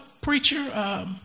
preacher